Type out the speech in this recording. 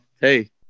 hey